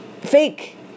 fake